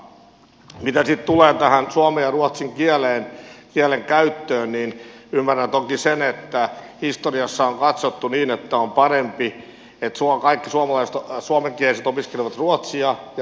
mitä sitten tulee tähän suomen ja ruotsin kielen käyttöön niin ymmärrän toki sen että historiassa on katsottu että on parempi että kaikki suomenkieliset opiskelevat ruotsia ja ruotsinkieliset suomea